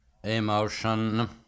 Emotion